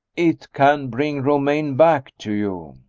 it can bring romayne back to you.